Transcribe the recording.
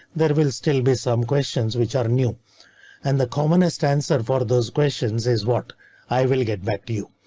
there will still be some questions which are new and the common extensor for those questions is what i will get back to you.